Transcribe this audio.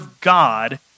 God